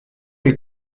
est